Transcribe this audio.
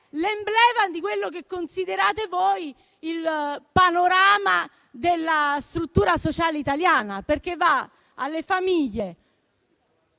l'emblema di quello che considerate voi il panorama della struttura sociale italiana, perché va alle famiglie